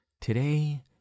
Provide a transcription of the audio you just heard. Today